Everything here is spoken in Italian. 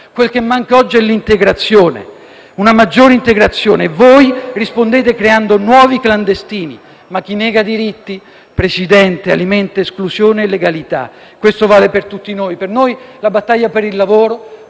Quel che manca oggi è una maggiore integrazione e voi rispondete creando nuovi clandestini. Chi però nega diritti, Presidente, alimenta esclusione e illegalità. E questo vale per tutti noi. Per noi la battaglia per il lavoro,